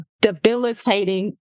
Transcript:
debilitating